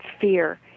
fear